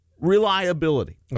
reliability